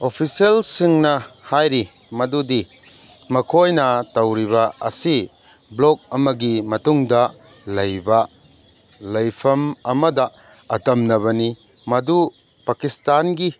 ꯑꯣꯐꯤꯁꯦꯜꯁꯤꯡꯅ ꯍꯥꯏꯔꯤ ꯃꯗꯨꯗꯤ ꯃꯈꯣꯏꯅ ꯇꯧꯔꯤꯕ ꯑꯁꯤ ꯕ꯭ꯂꯣꯛ ꯑꯃꯒꯤ ꯃꯇꯨꯡꯗ ꯂꯩꯕ ꯂꯩꯐꯝ ꯑꯃꯗ ꯑꯇꯝꯅꯕꯅꯤ ꯃꯗꯨ ꯄꯀꯤꯁꯇꯥꯟꯒꯤ